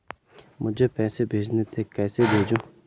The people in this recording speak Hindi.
मुझे पैसे भेजने थे कैसे भेजूँ?